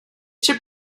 should